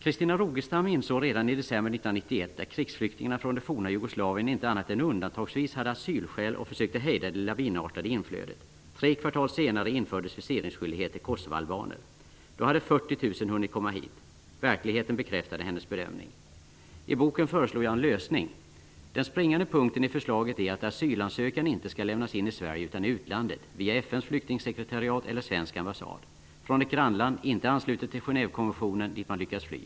''Christina Rogestam insåg redan i december 1991 att krigsflyktingarna från det forna Jugoslavien inte annat än undantagsvis hade asylskäl och försökte hejda det lavinartade inflödet. Tre kvartal senare infördes viseringsskyldighet för Kosovoalbaner. Då hade 40.000 hunnit komma hit. Verkligheten bekräftade hennes bedömning.'' ''I boken föreslår jag en lösning. Den springande punkten i förslaget är att asylansökan inte skall lämnas in i Sverige utan i utlandet, via FNs flyktingsekretariat eller svensk ambassad. Från ett grannland ej anslutet till Genèvekonventionen dit man lyckats fly.